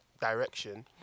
direction